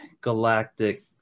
galactic